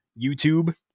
YouTube